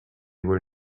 were